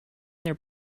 their